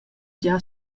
gia